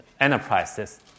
enterprises